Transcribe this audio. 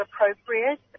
appropriate